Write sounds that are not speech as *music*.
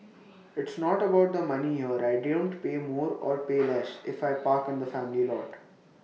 it's not about the money here I don't pay more or pay *noise* less if I park in the family lot